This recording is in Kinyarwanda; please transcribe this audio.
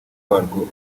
warwo